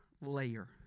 layer